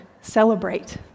celebrate